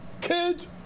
kids